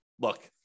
look